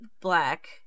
Black